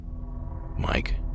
Mike